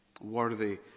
Worthy